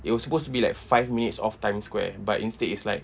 it was supposed to be like five minutes off times square but instead it's like